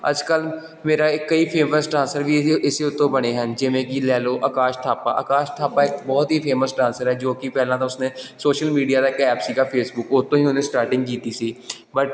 ਅੱਜ ਕੱਲ੍ਹ ਮੇਰਾ ਇੱਕ ਕਈ ਫੇਮਸ ਡਾਂਸਰ ਵੀ ਇਸੇ ਉੱਤੋਂ ਬਣੇ ਹਨ ਜਿਵੇਂ ਕਿ ਲੈ ਲਓ ਆਕਾਸ਼ ਥਾਪਾ ਆਕਾਸ਼ ਥਾਪਾ ਇੱਕ ਬਹੁਤ ਹੀ ਫੇਮਸ ਡਾਂਸਰ ਹੈ ਜੋ ਕਿ ਪਹਿਲਾਂ ਤਾਂ ਉਸ ਨੇ ਸੋਸ਼ਲ ਮੀਡੀਆ ਦਾ ਇੱਕ ਐਪ ਸੀਗਾ ਫੇਸਬੁੱਕ ਉਹ ਤੋਂ ਹੀ ਉਹਨੇ ਸਟਾਟਿੰਗ ਕੀਤੀ ਸੀ ਬਟ